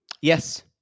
Yes